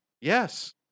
Yes